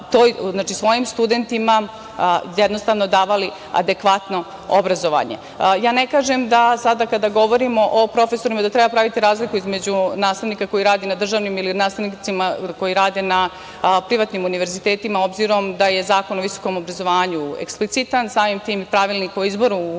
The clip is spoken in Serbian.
svojim studentima davali adekvatno obrazovanje. Ne kažem da sada kada govorimo o profesorima da treba praviti razliku između nastavnika koji radi na državnim ili nastavnicima koje rade na privatnim univerzitetima, obzirom da je Zakon o visokom obrazovanju eksplicitan, samim tim Pravilnik o izboru